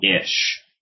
ish